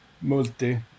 multi